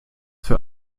für